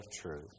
truth